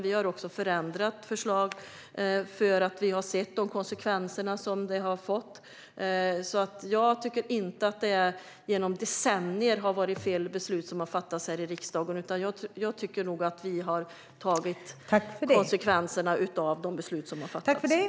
Vi har också förändrat förslag för att vi har sett de konsekvenser som de har fått. Jag tycker alltså inte att det genom decennier har varit fel beslut som har fattats här i riksdagen. Jag tycker nog att vi har tagit konsekvenserna av de beslut som har fattats.